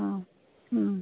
অঁ